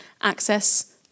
access